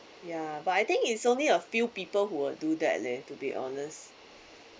ya but I think is only a few people who will do that leh to be honest